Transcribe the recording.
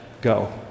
go